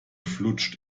flutscht